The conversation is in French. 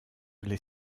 les